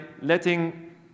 letting